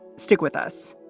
stick with us